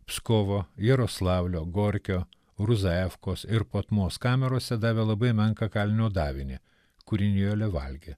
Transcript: pskovo jaroslavlio gorkio ruzaefkos ir potmos kamerose davė labai menką kalinio davinį kurį nijolė valgė